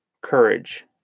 courage